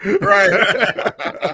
Right